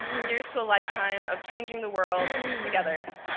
here is to a lifetime of changing the world together.